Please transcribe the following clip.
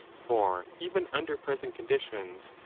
for even under present conditions,